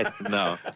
No